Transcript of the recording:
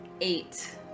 Eight